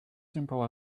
simple